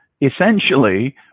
essentially